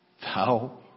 Thou